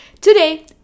today